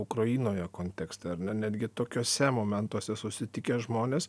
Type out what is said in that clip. ukrainoje kontekste ar ne netgi tokiuose momentuose susitikę žmonės